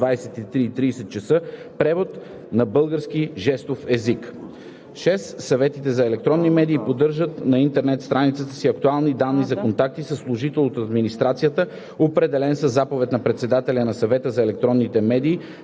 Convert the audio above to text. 23,30 ч. превод на български жестов език. (6) Съветът за електронни медии поддържа на интернет страницата си актуални данни за контакт със служител от администрацията, определен със заповед на председателя на Съвета за електронни медии,